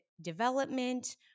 development